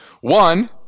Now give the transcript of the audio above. One